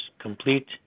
Complete